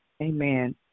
Amen